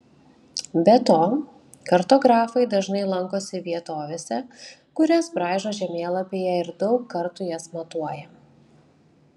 be to kartografai dažnai lankosi vietovėse kurias braižo žemėlapyje ir daug kartų jas matuoja